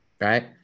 Right